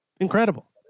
Incredible